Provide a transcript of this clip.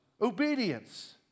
obedience